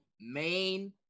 main